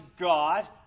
God